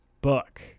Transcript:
book